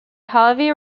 harvey